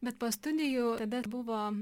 bet po studijų tada buvo